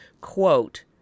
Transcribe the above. Quote